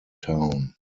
town